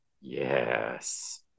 Yes